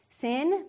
sin